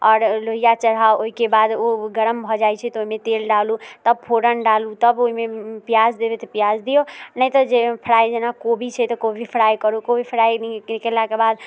आओर लोहिआ चढ़ाउ ओहिके बाद ओ गरम भऽ जाइत छै तऽ ओहिमे तेल डालू तब फोरन डालू तब ओहिमे पियाज देबै तऽ पियाज दियौ नहि तऽ फ्राइ जेना कोबी छै तऽ कोबी फ्राइ करू कोबी फ्राइ कयलाके बाद